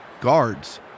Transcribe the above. Guards